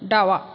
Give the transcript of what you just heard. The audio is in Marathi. डावा